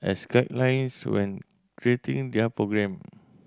as guidelines when creating their programme